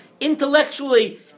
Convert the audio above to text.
intellectually